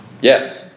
Yes